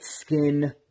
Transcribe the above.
skin